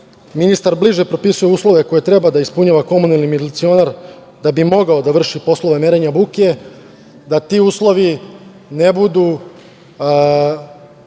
ministar bliže propisuje uslove koje treba da ispunjava komunalni milicionar da bi mogao da vrši poslove merenja buke, da ti uslovi ne budu